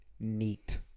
Neat